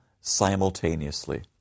simultaneously